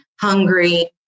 hungry